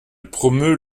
promeut